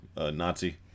Nazi